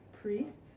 priests